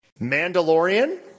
Mandalorian